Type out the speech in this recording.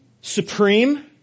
supreme